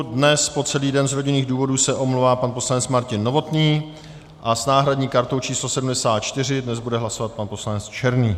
Dnes se po celý den z rodinných důvodů omlouvá pan poslanec Martin Novotný a s náhradní kartou číslo 74 dnes bude hlasovat pan poslanec Černý.